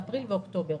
באפריל ובאוקטובר.